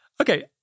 Okay